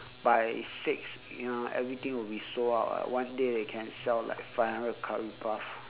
by six you know everything will be sold out ah one day they can sell like five hundred curry puff